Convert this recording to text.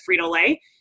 Frito-Lay